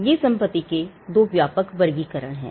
ये संपत्ति के दो व्यापक वर्गीकरण हैं